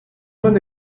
non